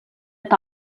est